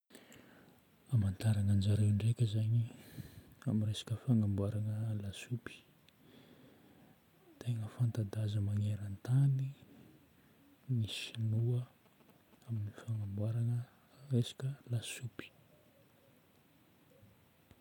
Amantarana an-jareo ndraika zagny amin'ny resaka fagnamboarana lasopy. Tegna fanta-daza maneran-tany ny Sinoa amin'ny fagnamboarana resaka lasopy.